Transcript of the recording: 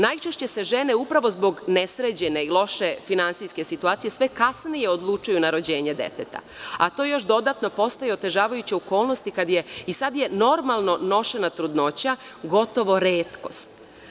Najčešće se žene upravo zbog nesređene i loše finansijske situacije sve kasnije odlučuju na rođenje deteta, a to još dodatno postaje otežavajuća okolnost i sada je normalno nošena trudnoća gotovo retkost.